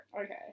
Okay